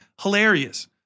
Hilarious